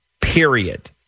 Period